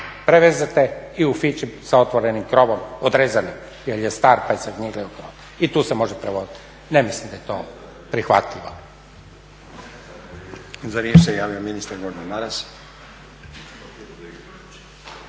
prevezete i u Fići sa otvorenim krovom odrezanim jer je star pa se …/Govornik se ne razumije./… I tu se može prevoziti. Ne mislim da je to prihvatljivo.